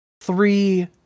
three